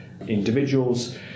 individuals